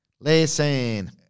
Listen